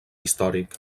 històric